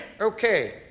Okay